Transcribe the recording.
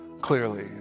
clearly